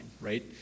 right